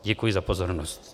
Děkuji za pozornost.